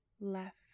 left